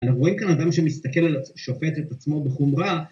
אנחנו רואים כאן אדם שמסתכל על עצמו, שופט את עצמו בחומרה